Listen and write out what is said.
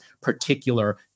particular